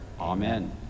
Amen